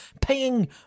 paying